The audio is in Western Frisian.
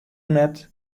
net